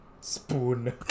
Spoon